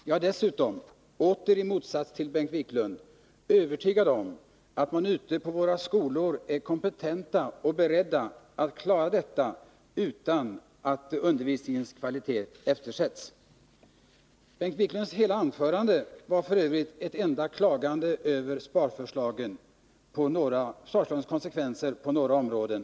Jag är dessutom — återigen i motsats till Bengt Wiklund — övertygad om att man ute i våra skolor är kompetent och beredd att klara detta utan att undervisningens kvalitet eftersätts. Bengt Wiklunds hela anförande var f.ö. ett enda klagande över Nr 46 sparförslagens konsekvenser på några områden.